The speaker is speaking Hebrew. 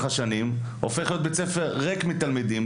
השנים הופך להיות בית ספר ריק מתלמידים,